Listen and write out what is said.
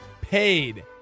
paid